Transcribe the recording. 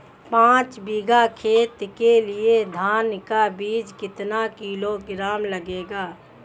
पाँच बीघा खेत के लिये धान का बीज कितना किलोग्राम लगेगा?